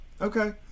Okay